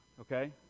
Okay